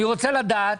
אני רוצה לדעת.